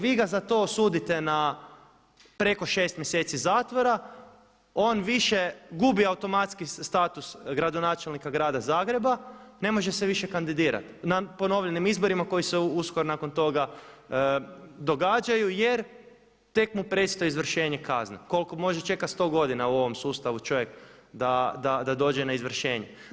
Vi ga za to osudite na preko 6 mjeseci zatvora, on više gubi automatski status gradonačelnika grada Zagreba, ne može se više kandidirati na ponovljenim izborima koji se uskoro nakon toga događaju jer tek mu predstoji izvršenje kazne koliko može čekati 100 godina u ovom sustavu čovjek da dođe na izvršenje.